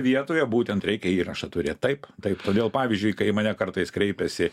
vietoje būtent reikia įrašą turėt taip taip todėl pavyzdžiui kai į mane kartais kreipiasi